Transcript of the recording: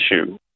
issue